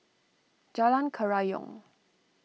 Jalan Kerayong